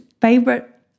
favorite